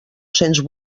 cents